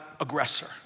aggressor